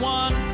one